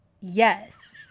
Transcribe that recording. Yes